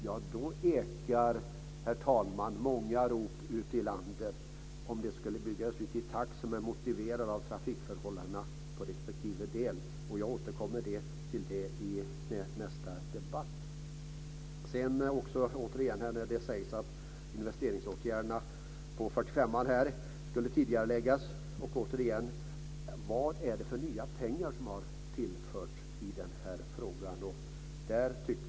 Om vägarna skulle byggas ut i en takt som är motiverad av trafikförhållandena på respektive del så ekar, herr talman, många rop ute i landet. Jag återkommer till det i nästa debatt. Det sägs att investeringsåtgärderna på 45:an skulle tidigareläggas. Jag frågar återigen: Vad är det för nya pengar som har tillförts i denna fråga?